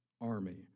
army